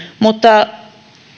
mutta